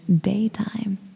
daytime